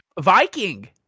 Viking